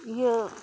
ᱤᱭᱟᱹ